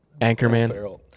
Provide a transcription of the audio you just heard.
Anchorman